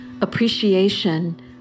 appreciation